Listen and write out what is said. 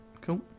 cool